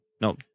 No